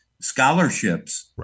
scholarships